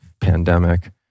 pandemic